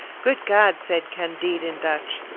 good god! said candide in dutch,